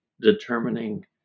determining